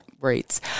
rates